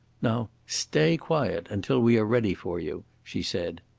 now stay quiet until we are ready for you, she said.